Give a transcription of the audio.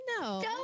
No